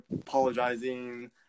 apologizing